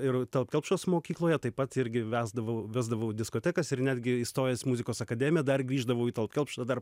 ir tallat kelpšos mokykloje taip pat irgi vesdavau vesdavau diskotekas ir netgi įstojęs muzikos akademiją dar grįždavau į tallat kelpšą dar